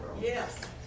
Yes